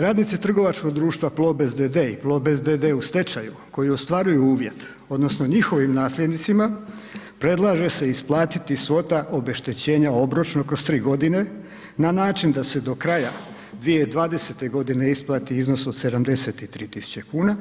Radnici trgovačkog društva Plobest d.d. i Plobest d.d. u stečaju koji ostvaruju uvjet, odnosno njihovim nasljednicima, predlaže se isplatiti svota obeštećenja obročno kroz 3 godine na način da se do kraja 2020. g. isplati iznos od 73 tisuće kuna,